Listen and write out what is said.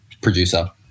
producer